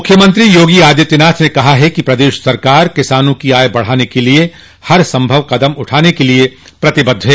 मुख्यमंत्री योगी आदित्यनाथ ने कहा है कि प्रदेश सरकार किसानों की आय बढ़ाने के लिए हर संभव कदम उठाने के लिए प्रतिबद्ध है